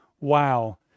Wow